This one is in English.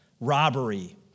robbery